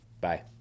Bye